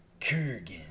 kurgan